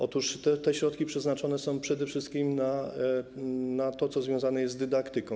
Otóż te środki przeznaczone są przede wszystkim na to, co związane jest z dydaktyką.